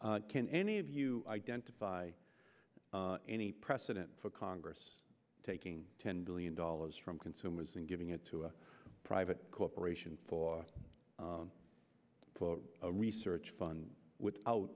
can any of you identify any precedent for congress taking ten billion dollars from consumers and giving it to a private corporation for a research fund without